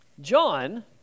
John